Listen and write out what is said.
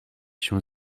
się